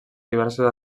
diverses